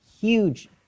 huge